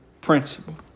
principle